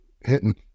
hitting